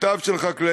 מכתב של חקלאי,